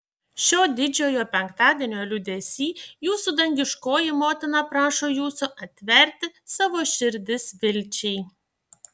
šio didžiojo penktadienio liūdesy jūsų dangiškoji motina prašo jūsų atverti savo širdis vilčiai